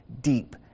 deep